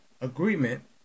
agreement